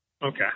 Okay